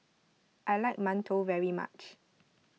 I like Mantou very much